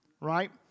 right